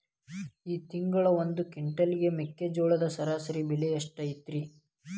ಈ ತಿಂಗಳ ಒಂದು ಕ್ವಿಂಟಾಲ್ ಮೆಕ್ಕೆಜೋಳದ ಸರಾಸರಿ ಬೆಲೆ ಎಷ್ಟು ಐತರೇ?